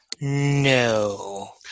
no